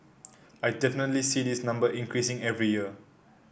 I definitely see this number increasing every year